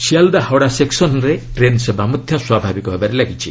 ସିଆଲ୍ଦା ହାଓଡ଼ା ସେକ୍ସନ୍ରେ ଟ୍ରେନ୍ ସେବା ମଧ୍ୟ ସ୍ୱାଭାବିକ ହେବାରେ ଲାଗିଛି